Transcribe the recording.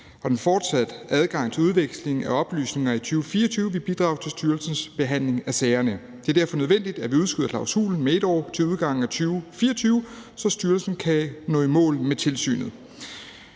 og den fortsatte adgang til udveksling af oplysninger i 2024 vil bidrage til styrelsens behandling af sagerne. Det er derfor nødvendigt, at vi udskyder klausulen med et år til udgangen af 2024, så styrelsen kan nå i mål med tilsynet.